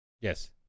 Yes